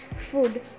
Food